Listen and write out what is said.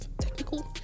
technical